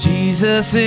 Jesus